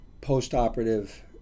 post-operative